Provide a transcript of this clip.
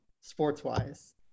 sports-wise